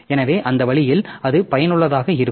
எனவே அந்த வழியில் அது பயனுள்ளதாக இருக்கும்